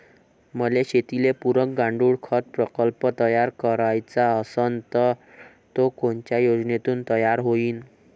मले शेतीले पुरक गांडूळखत प्रकल्प तयार करायचा असन तर तो कोनच्या योजनेतून तयार होईन?